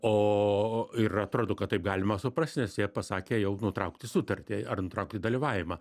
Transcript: o ir atrodo kad taip galima suprasti nes jie pasakė jau nutraukti sutartį ar nutraukti dalyvavimą